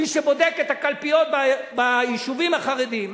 מי שבודק את הקלפיות ביישובים החרדיים,